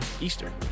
Eastern